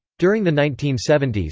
during the nineteen seventy s,